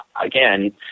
again